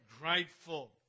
grateful